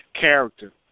character